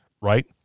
right